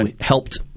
helped –